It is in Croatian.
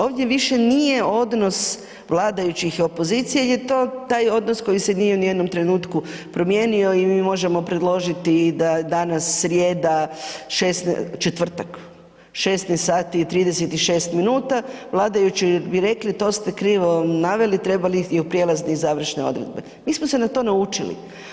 Ovdje više nije odnos vladajućih i opozicije jel je to, taj odnos koji se nije ni u jednom trenutku promijenio i mi možemo predložiti i da danas srijeda, četvrtak, 16 sati i 36 minuta, vladajući bi rekli to ste krivo naveli, trebale bi biti prijelazne i završne odredbe, mi smo se na to naučili.